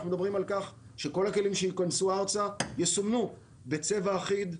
אנחנו מדברים על כך שכל הכלים שייכנסו ארצה יסומנו בצבע אחיד.